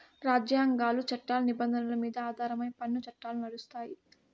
రాజ్యాంగాలు, చట్టాల నిబంధనల మీద ఆధారమై పన్ను చట్టాలు నడుస్తాయి